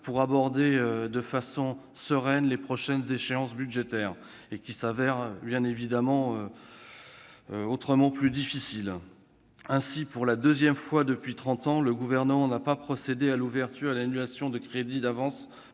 pour aborder de façon sereine les prochaines échéances budgétaires, qui s'avèrent autrement plus difficiles. Ainsi, pour la deuxième fois depuis trente ans, le Gouvernement n'a pas procédé à l'ouverture ou à l'annulation de crédits par